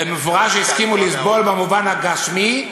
הם במפורש הסכימו לסבול במובן הגשמי,